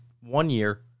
one-year